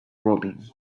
robin